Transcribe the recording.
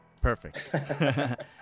Perfect